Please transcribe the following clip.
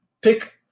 pick